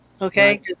Okay